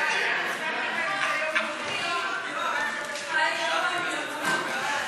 סעיפים 1 4 נתקבלו.